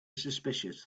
suspicious